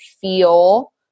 feel